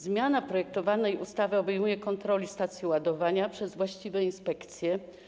Zmiana projektowanej ustawy obejmuje kontrole stacji ładowania przez właściwe inspekcje.